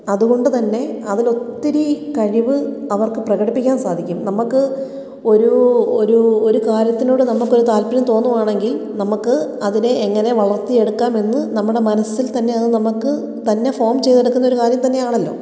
അതുകൊണ്ടു തന്നെ അതിലൊത്തിരി കഴിവ് അവർക്ക് പ്രകടിപ്പിക്കാൻ സാധിക്കും നമുക്ക് ഒരു ഒരു ഒരു കാര്യത്തിനോട് നമുക്കൊരു താല്പര്യം തോന്നുവാണെങ്കിൽ നമുക്ക് അതിനെ എങ്ങനെ വളർത്തിയെടുക്കാം എന്ന് നമ്മുടെ മനസിൽത്തന്നെ അത് നമുക്ക് തന്നെ ഫോം ചെയ്തെടുക്കുന്ന കാര്യം തന്നെയാണല്ലോ